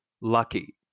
lucky